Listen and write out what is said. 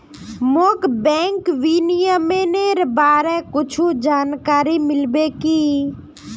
मोक बैंक विनियमनेर बारे कुछु जानकारी मिल्बे की